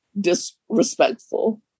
disrespectful